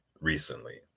recently